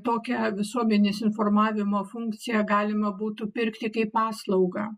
tokią visuomenės informavimo funkciją galima būtų pirkti kaip paslaugą